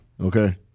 okay